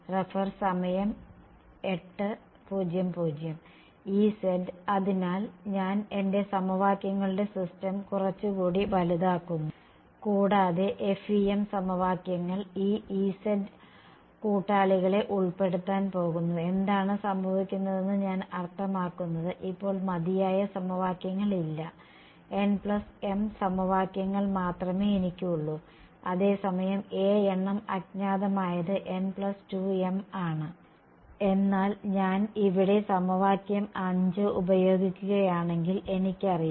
Ez അതിനാൽ ഞാൻ എന്റെ സമവാക്യങ്ങളുടെ സിസ്റ്റം കുറച്ചുകൂടി വലുതാക്കുന്നു കൂടാതെ FEM സമവാക്യങ്ങൾ ഈ Ez കൂട്ടാളികളെ ഉൾപ്പെടുത്താൻ പോകുന്നു എന്താണ് സംഭവിക്കുന്നതെന്ന് ഞാൻ അർത്ഥമാക്കുന്നത് ഇപ്പോൾ മതിയായ സമവാക്യങ്ങൾ ഇല്ല nm സമവാക്യങ്ങൾ മാത്രമേ എനിക്ക് ഉള്ളൂ അതേസമയം a എണ്ണം അജ്ഞാതമായത് n2m ആണ് എന്നാൽ ഞാൻ ഇവിടെ സമവാക്യം 5 ഉപയോഗിക്കുകയാണെങ്കിൽ എനിക്കറിയാം